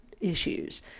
issues